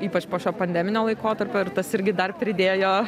ypač po šio pandeminio laikotarpio ir tas irgi dar pridėjo